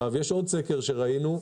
יש עוד סקר שראינו.